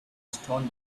stone